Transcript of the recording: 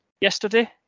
yesterday